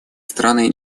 страны